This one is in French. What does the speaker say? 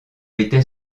était